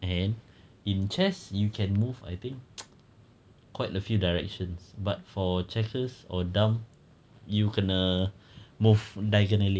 and in chess you can move I think quite a few directions but for checkers or dam you kena move diagonally